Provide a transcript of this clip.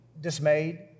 dismayed